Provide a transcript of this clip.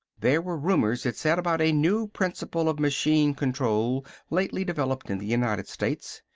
there were rumors, it said, about a new principle of machine-control lately developed in the united states.